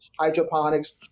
hydroponics